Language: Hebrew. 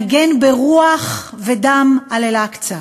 נגן ברוח ודם על אל-אקצא.